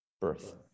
birth